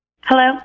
Hello